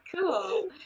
Cool